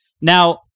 Now